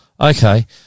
Okay